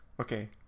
Okay